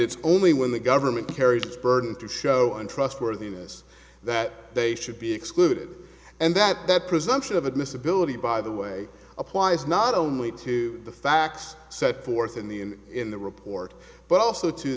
it's only when the government carries its burden to show and trustworthiness that they should be excluded and that that presumption of admissibility by the way applies not only to the facts set forth in the in in the report but also to